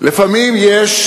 לפעמים יש,